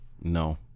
No